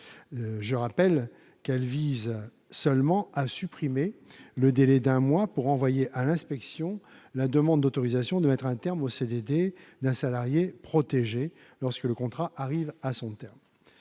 Je rappelle qu'elles visent seulement à supprimer le délai d'un mois pour envoyer à l'inspection la demande d'autorisation de mettre un terme au CDD d'un salarié protégé lorsque le contrat arrive à son terme.